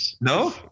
No